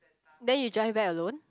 then you drive back alone